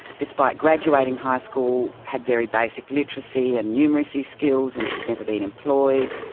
despite graduating high school, had very basic literacy and numeracy skills and she'd never been employed,